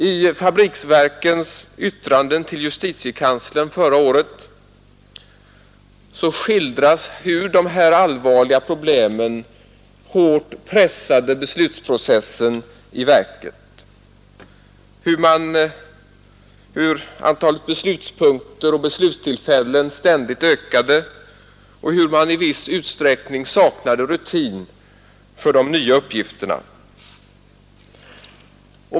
I fabriksverkens yttrande till justitiekanslern förra året skildras hur dessa allvarliga problem hårt pressade beslutsprocessen i verken, hur antalet beslutspunkter och beslutstillfällen ständigt ökade och hur man i viss utsträckning saknade rutin för de nya uppgifterna.